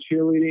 cheerleading